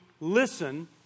listen